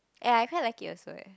ya I quite like it also eh